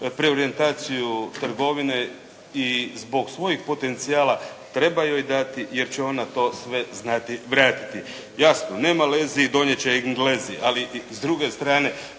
preorjentaciju trgovine i zbog potencijala treba joj dati jer će ona to sve znati vratiti. Jasno, nema lezi donijet će Englezi! Ali s druge strane